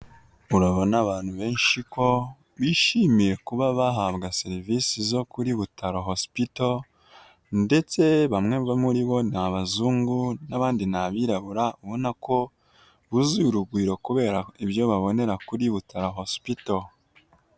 Urabona abantu benshi ko bishimiye kuba bahabwa serivisi zo kuri Butaro hosipito, ndetse bamwe bo muri bo ni abazungu, n'abandi ni abirabura, ubona ko buzuye urugwiro kubera ibyo babonera kuri Butaro hosipito.